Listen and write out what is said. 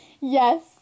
Yes